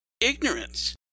ignorance